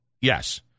Yes